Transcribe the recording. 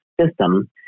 system